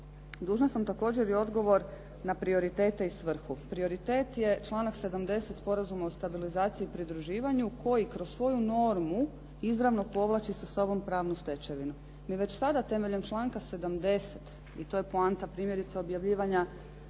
Dužna sam također i odgovor na prioritete i svrhu. Prioritet je članak 70. Sporazuma o stabilizaciji i pridruživanju koji kroz svoju normu izravno povlači sa sobom pravnu stečevinu. Mi već sada temeljem članka 70. i to je poanta primjerice objavljivanja